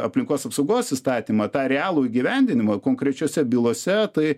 aplinkos apsaugos įstatymą tą realų įgyvendinimą konkrečiose bylose tai